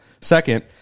Second